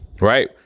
Right